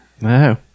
No